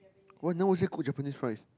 why no one say cook Japanese rice